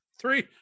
three